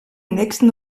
nächsten